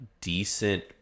decent